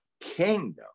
kingdom